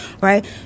right